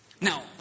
Now